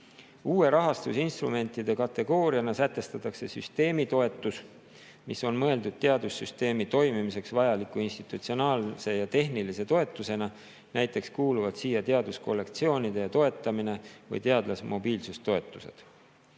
Uue rahastusinstrumentide kategooriana sätestatakse süsteemitoetus, mis on mõeldud teadussüsteemi toimimiseks vajaliku institutsionaalse tehnilise toetusena. Näiteks kuuluvad siia teaduskollektsioonide toetamine ja teadlaste mobiilsustoetused.